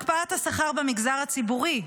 הקפאת השכר במגזר הציבורי,